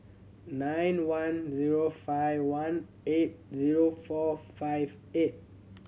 nine one zero five one eight zero four five eight